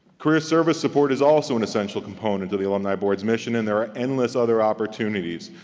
career service support is also an essential component to the alumni boards mission and there are endless other opportunities,